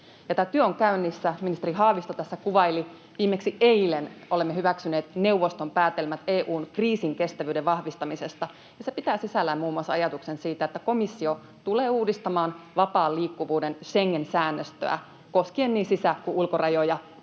Tämä työ on käynnissä, kuten ministeri Haavisto tässä kuvaili. Eilen olemme hyväksyneet neuvoston päätelmät EU:n kriisinkestävyyden vahvistamisesta, ja se pitää sisällään muun muassa ajatuksen siitä, että komissio tulee uudistamaan vapaan liikkuvuuden Schengen-säännöstöä koskien niin sisä- kuin ulkorajoja